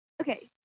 Okay